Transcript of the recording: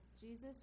Jesus